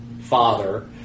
father